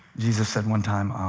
jesus said one time,